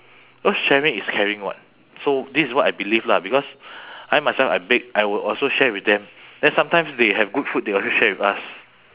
because sharing is caring [what] so this is what I believe lah because I myself I bake I will also share with them then sometimes they have good food they also share with us